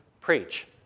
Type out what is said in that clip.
preach